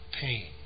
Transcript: pain